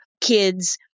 kids